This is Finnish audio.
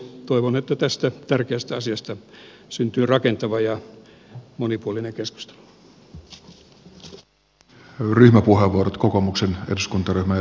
toivon että tästä tärkeästä asiasta syntyy rakentava ja monipuolinen keskustelu